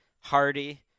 Hardy